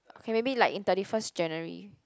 okay maybe like in thirty first January